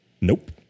Nope